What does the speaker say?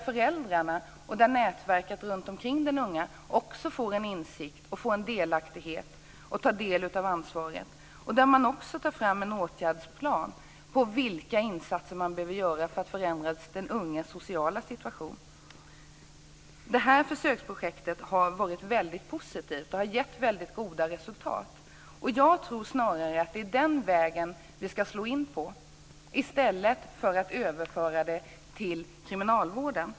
Föräldrarna och nätverket runtomkring den unge får också en insikt och får ta del av ansvaret. Man tar också fram en åtgärdsplan över vilka insatser man behöver göra för att förändra den unges sociala situation. Det här försöksprojektet har varit väldigt positivt och har gett mycket goda resultat. Jag tror snarare att det är den vägen vi ska slå in på, i stället för att överföra detta till kriminalvården.